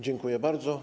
Dziękuję bardzo.